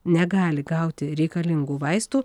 negali gauti reikalingų vaistų